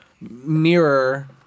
mirror